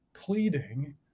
Pleading